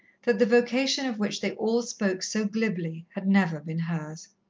that the vocation of which they all spoke so glibly had never been hers.